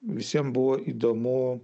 visiems buvo įdomu